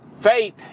Faith